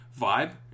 vibe